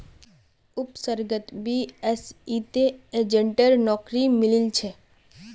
उपसर्गक बीएसईत एजेंटेर नौकरी मिलील छ